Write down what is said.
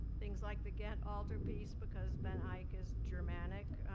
things like the ghent altarpiece because van eyck is germanic.